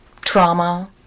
trauma